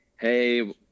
Hey